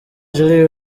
lee